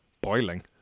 Boiling